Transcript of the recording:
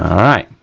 all right,